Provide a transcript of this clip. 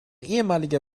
ehemaliger